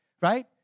right